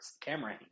camera